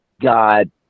god